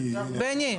בני,